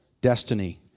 destiny